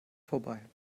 vorbei